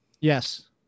Yes